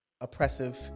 oppressive